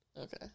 Okay